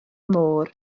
môr